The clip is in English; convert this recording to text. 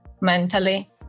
mentally